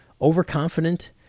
overconfident